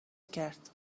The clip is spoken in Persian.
کرد